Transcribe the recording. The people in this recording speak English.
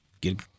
get